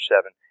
seven